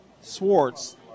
Swartz